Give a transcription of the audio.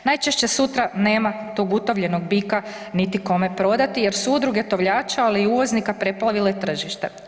Najčešće sutra nema tog utovljenog bika niti kome prodati jer su udruge tovljača, ali i uvoznika preplavile tržište.